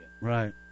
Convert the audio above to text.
Right